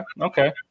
Okay